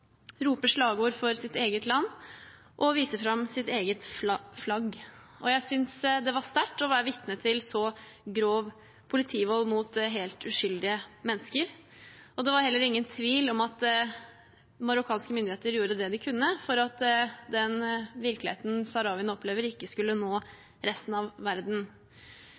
slagord for sitt eget land og vise fram sitt eget flagg. Jeg synes det var sterkt å bli vitne til så grov politivold mot helt uskyldige mennesker. Det var heller ingen tvil om at marokkanske myndigheter gjorde det de kunne for at den virkeligheten saharawiene opplever, ikke skulle nå resten av verden.